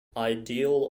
ideal